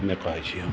इतने कहै छी हम